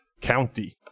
County